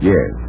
Yes